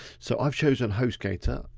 so i've chosen hostgator.